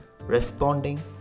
responding